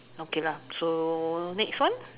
okay lah so next one